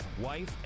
wife